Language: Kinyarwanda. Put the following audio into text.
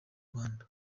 rwanda